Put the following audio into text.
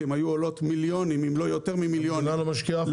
כי הם היו עולות מיליונים אם לא יותר ממיליונים למדינה.